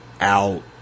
out